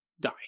die